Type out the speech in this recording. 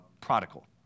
prodigal